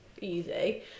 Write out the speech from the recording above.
easy